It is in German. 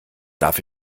darf